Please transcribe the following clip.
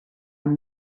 amb